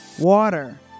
Water